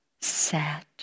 sat